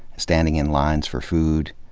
standing in lines for food,